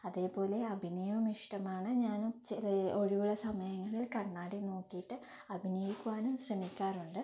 അതേപോലെ അഭിനയവും ഇഷ്ടമാണ് ഞാൻ ചില ഒഴിവുള്ള സമയങ്ങളിൽ കണ്ണാടി നോക്കിയിട്ട് അഭിനയിക്കുവാനും ശ്രമിക്കാറുണ്ട്